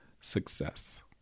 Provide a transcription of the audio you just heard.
success